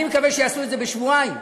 אני מקווה שיעשו את זה בשבועיים,